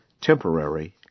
temporary